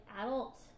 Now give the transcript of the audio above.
adult